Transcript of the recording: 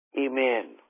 Amen